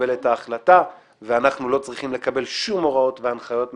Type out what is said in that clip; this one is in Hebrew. לקבל את ההחלטה ואנחנו לא צריכים לקבל שום הוראות והנחיות מהממשלה.